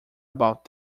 about